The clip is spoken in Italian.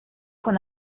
con